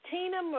Tina